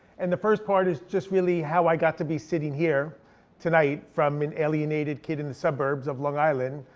and the first part is just really how i got to be sitting here tonight from an alienated kid in the suburbs of long island,